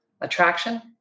Attraction